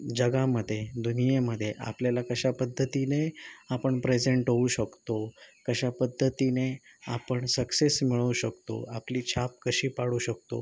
जगामध्ये दुनियेमध्ये आपल्याला कशा पद्धतीने आपण प्रेझेंट होऊ शकतो कशा पद्धतीने आपण सक्सेस मिळवू शकतो आपली छाप कशी पाडू शकतो